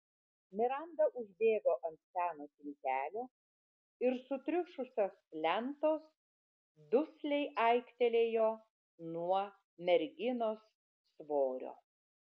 miranda užbėgo ant seno tiltelio ir sutriušusios lentos dusliai aiktelėjo nuo merginos svorio